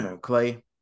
Clay